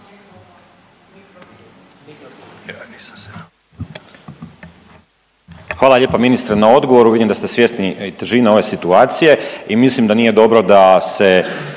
Hvala lijepa ministre na odgovoru. Vidim da ste svjesni i težine ove situacije i mislim da nije dobro da se